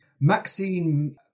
Maxine